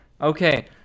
Okay